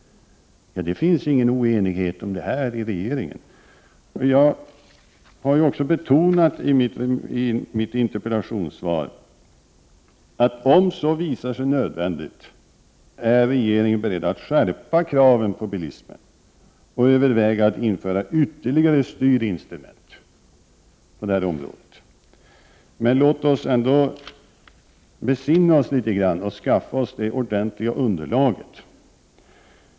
Det finns ingen oenighet om det här inom regeringen. I mitt interpellationssvar har jag också betonat, att om så visar sig nödvändigt, är regeringen beredd att skärpa kraven på bilismen och överväga att införa ytterligare styrinstrument på det området. Men låt oss besinna oss litet grand och skaffa oss ett ordentligt underlag.